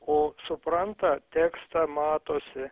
o supranta tekstą matosi